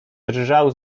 drżał